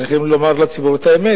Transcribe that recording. צריכים לומר לציבור את האמת.